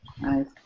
Nice